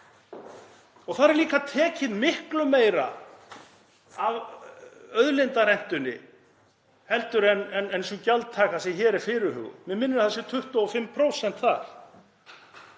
og þar er líka tekið miklu meira af auðlindarentunni heldur en sú gjaldtaka sem hér er fyrirhuguð. Mig minnir að það sé 25% þar.